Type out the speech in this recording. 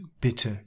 bitte